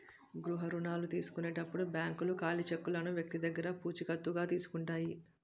గృహ రుణాల తీసుకునేటప్పుడు బ్యాంకులు ఖాళీ చెక్కులను వ్యక్తి దగ్గర పూచికత్తుగా తీసుకుంటాయి